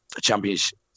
championship